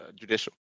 judicial